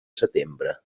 setembre